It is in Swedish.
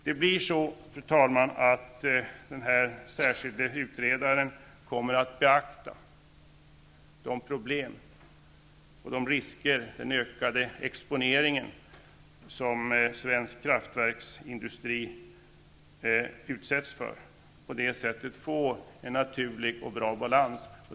Det blir så, fru talman, att den särskilde utredaren, för att det skall bli en bra och naturlig balans, kommer att beakta de problem och de risker som den ökade exponeringen utsätter svensk kraftverksindustri för.